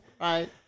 Right